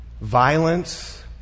violence